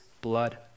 blood